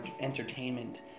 entertainment